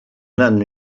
hanno